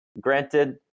Granted